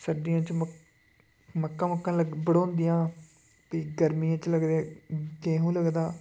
सर्दियें च मक्क मक्कां मुक्कां बडोंदियां ते गर्मियें च लगदे गेहूं लगदा